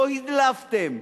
לא הדלפתם,